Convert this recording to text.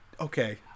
Okay